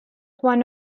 one